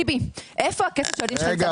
טיבי, איפה הכסף של הילדים שלך נמצא?